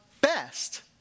best